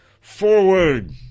forward